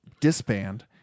disband